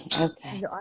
Okay